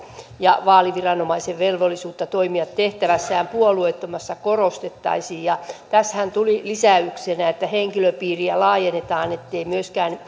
ja vaaliviranomaisen velvollisuutta toimia tehtävässään puolueettomana korostettaisiin tässähän tuli lisäyksenä että henkilöpiiriä laajennetaan ettei myöskään